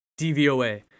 DVOA